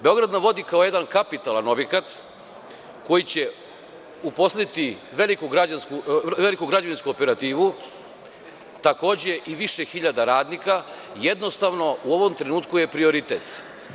Beograd na vodi kao jedan kapitalan objekat koji će uposliti veliku građevinsku operativu, takođe i više hiljada radnika, jednostavno, u ovom trenutku je prioritet.